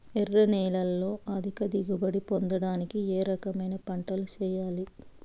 ఎర్ర నేలలో అధిక దిగుబడి పొందడానికి ఏ రకమైన పంటలు చేయాలి?